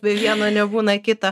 be vieno nebūna kito